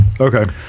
Okay